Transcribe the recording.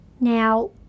Now